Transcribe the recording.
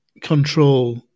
control